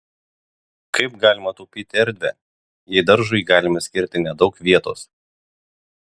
kaip galima taupyti erdvę jei daržui galime skirti nedaug vietos